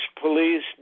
police